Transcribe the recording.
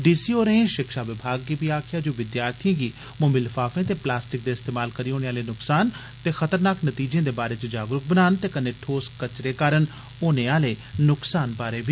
D C होरें शिक्षा विभाग गी बी आक्खेया जे ओ विदयार्थियें गी बी मोमी लफार्फे ते प्लास्टिक दे इस्तमाल करी होने आले नुक्सान ते खतरनाक नतीजें दे बारै च जागरुक बनान ते कन्नै ठोस कचरे कारण होने आले नुक्सान बारै बी